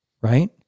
Right